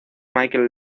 michael